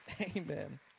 Amen